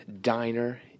diner